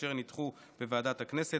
והן נדחו בוועדת הכנסת.